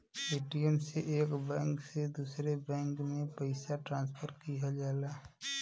Paytm से एक bank से दूसरे बैंक में पइसा ट्रांसफर किहल जाला